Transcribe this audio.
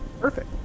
Perfect